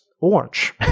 orange